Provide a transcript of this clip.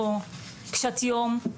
או קשת יום,